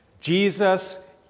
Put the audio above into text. Jesus